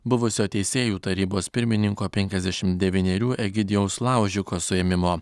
buvusio teisėjų tarybos pirmininko penkiasdešim devynerių egidijaus laužiko suėmimo